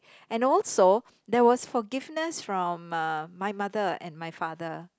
and also there was forgiveness from my mother and my father